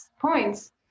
points